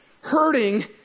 hurting